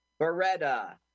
Beretta